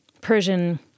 Persian